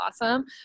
awesome